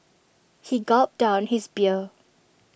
he gulped down his beer